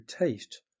taste